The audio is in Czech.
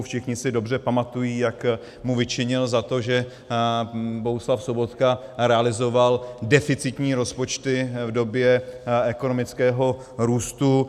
Všichni si dobře pamatují, jak mu vyčinil za to, že Bohuslav Sobotka realizoval deficitní rozpočty v době ekonomického růstu.